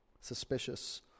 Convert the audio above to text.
suspicious